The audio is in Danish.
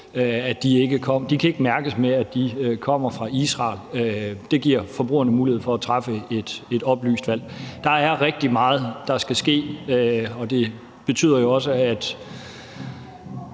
De kan ikke mærkes med, at de kommer fra Israel. Det giver forbrugerne mulighed for at træffe et oplyst valg. Der er rigtig meget, der skal ske, og det betyder jo også, at